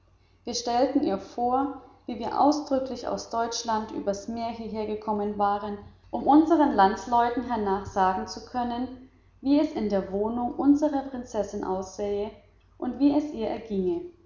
wir stellten ihr vor wie wir ausdrücklich aus deutschland über's meer hierher gekommen wären um unseren landsleuten hernach sagen zu können wie es in der wohnung unserer prinzessin aussähe und wie es ihr erginge